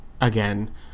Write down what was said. Again